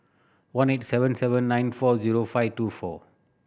one eight seven seven nine four zero five two four